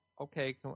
okay